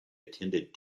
attended